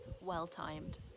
well-timed